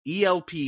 ELP